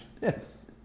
Yes